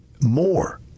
more